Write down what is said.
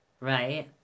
Right